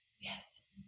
Yes